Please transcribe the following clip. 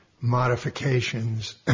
modifications